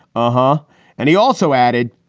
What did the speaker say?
uh-huh and he also added,